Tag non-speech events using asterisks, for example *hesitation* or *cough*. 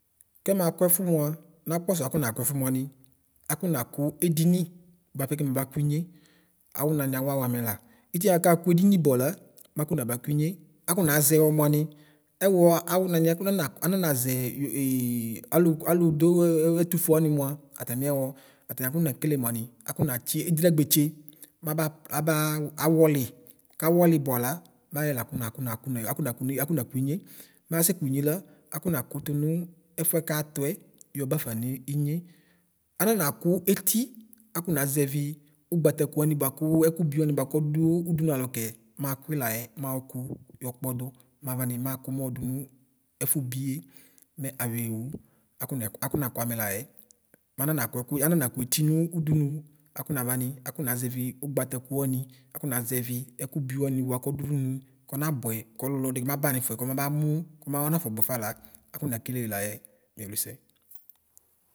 Kɛmakuɛƒu mua nakpɔso afɔna kuɛfu nuami? akonaku edini bapɛ kɛmabakuinye, awunami awu amɛla. Itiɛ bakakuédini bua la makonaba kuinye. Akɔnazewo muani. Ɛwɔ awunami ɛkunana ananaze yo *hesitation* alu aludu etufua mua ataliewo. Ataniakone kelemuani afonatsi adilagbetse maba abaa awoli, kawole buala mayoe lakunakuma kunae kunaeakunakuinye. Masekuinyela afonaku tunu efue katue yobafa nu inye. Ananaku eti, akɔna ʒɛvi ugbatakuami buaku ekubiwanibuaku ɔdu udunu alo kɛ, makuilaye maɔkuyɔkpodu, mawani, maku mɔdu nu ɛfubie me ayoewu; akonak akonakuamɛ laɛ. Manana kuɛ ku anana kueti nu udunu. Akɔnavani akɔnaʒevi ugbuatakuwani; akɔna ʒevi ɛkubiwanibua kɔdudunu kɔnakuɛ kɛle konaba yanafuɛ kɔmabanu kumɔnafɔ buǝfa la akonekelee laɣɛ miewlesɛ.